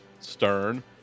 stern